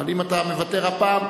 אבל אם אתה מוותר הפעם,